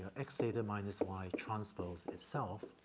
x theta minus y transpose itself,